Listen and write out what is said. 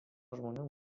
žmonių